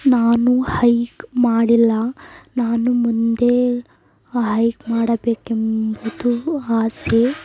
ನಾನು ಹೈಕ್ ಮಾಡಿಲ್ಲ ನಾನು ಮುಂದೆ ಹೈಕ್ ಮಾಡಬೇಕೆಂಬುದು ಆಸೆ